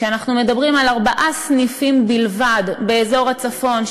ואנחנו מדברים על ארבעה סניפים בלבד באזור הצפון,